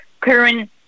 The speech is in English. current